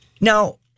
Now